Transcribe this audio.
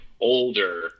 older